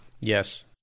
Yes